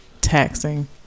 taxing